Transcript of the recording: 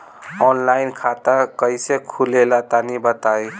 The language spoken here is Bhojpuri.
ऑफलाइन खाता कइसे खुलेला तनि बताईं?